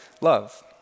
love